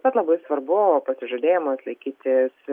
bet labai svarbu pasižadėjimas laikytis